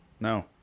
No